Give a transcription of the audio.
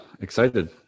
Excited